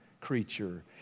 creature